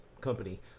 company